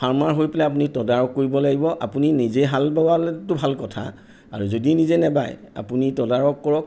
farmer হৈ পেলাই আপুনি তদাৰক কৰিব লাগিব আপুনি নিজে হাল বোৱালেতো ভাল কথা আৰু যদি নিজে নেবায় আপুনি তদাৰক কৰক